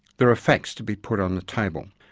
there are facts to be put on the table.